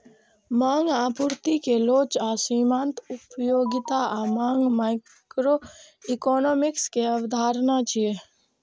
मांग आ आपूर्ति के लोच आ सीमांत उपयोगिता आ मांग माइक्रोइकोनोमिक्स के अवधारणा छियै